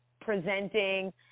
presenting